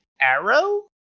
arrow